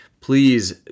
please